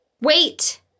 wait